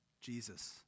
Jesus